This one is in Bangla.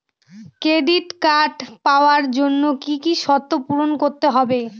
ক্রেডিট কার্ড পাওয়ার জন্য কি কি শর্ত পূরণ করতে হবে?